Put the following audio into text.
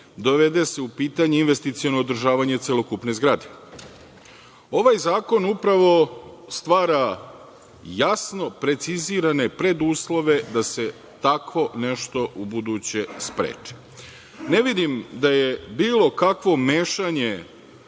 dovede se u pitanje investiciono održavanje celokupne zgrade. Ovaj zakon upravo stvara jasno precizirane preduslove da se tako nešto u buduće spreči. Ne vidim da je bilo kakvo mešanje